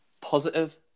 positive